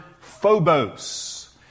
phobos